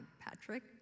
Patrick